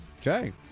Okay